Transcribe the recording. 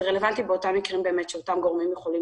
זה רלוונטי באותם מקרים שאותם גורמים יכולים